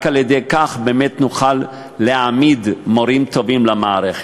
רק כך נוכל באמת להעמיד מורים טובים למערכת.